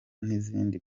n’izindi